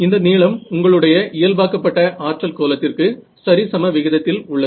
இந்த நீளம் உங்களுடைய இயல் பார்க்கப்பட்ட ஆற்றல் கோலத்திற்கு சரிசம விகிதத்தில் உள்ளது